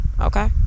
Okay